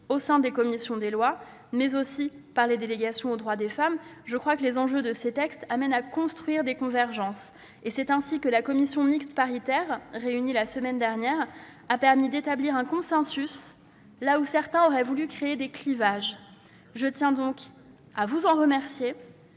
au sein des commissions des lois, mais aussi des délégations aux droits des femmes. Je crois que les enjeux portés par les textes amènent à construire des convergences. C'est ainsi que la commission mixte paritaire réunie la semaine dernière a permis d'établir un consensus là où certains auraient voulu créer des clivages. Je tiens donc à vous en remercier.